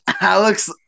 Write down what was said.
Alex